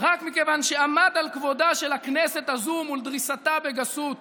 רק מכיוון שעמד על כבודה של הכנסת הזאת מול דריסתה בגסות